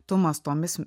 tumas tomis